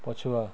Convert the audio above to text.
ପଛୁଆ